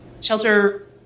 shelter